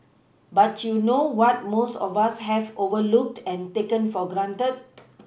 but you know what most of us have overlooked and taken for granted